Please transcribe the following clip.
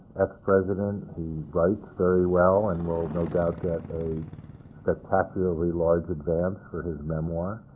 ex-president. he writes very well and will no doubt get a spectacularly large advance for his memoir.